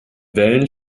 wellen